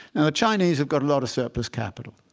chinese have got a lot of surplus capital.